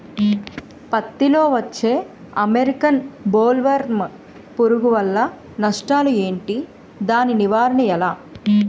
పత్తి లో వచ్చే అమెరికన్ బోల్వర్మ్ పురుగు వల్ల నష్టాలు ఏంటి? దాని నివారణ ఎలా?